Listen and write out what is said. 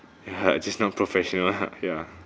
ya just not professional ya